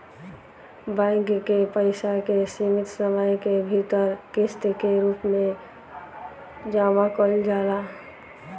bank के पइसा के सीमित समय के भीतर किस्त के रूप में जामा कईल जाला